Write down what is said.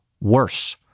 worse